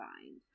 find